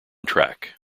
track